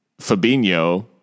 Fabinho